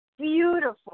beautiful